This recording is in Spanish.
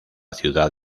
ciudad